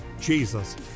Jesus